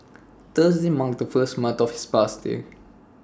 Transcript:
Thursday marked the first month of passing